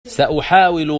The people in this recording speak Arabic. سأحاول